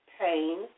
pain